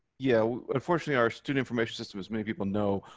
yeah. unfortunately, our student information system, as many people know,